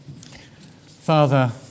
Father